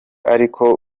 ariko